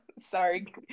sorry